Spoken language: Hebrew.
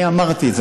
אני אמרתי את זה.